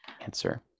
answer